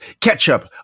ketchup